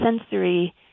sensory